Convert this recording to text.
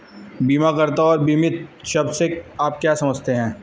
बीमाकर्ता और बीमित शब्द से आप क्या समझते हैं?